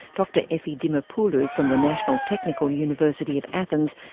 dr efi dimopoulou from the national technical university of athens,